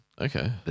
Okay